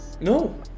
No